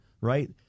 right